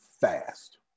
fast